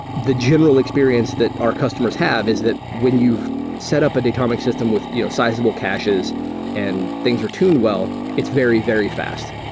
the general experience that our customers have is that when you've set up a datomic system with you know sizable caches and things are tuned well, it's very, very fast,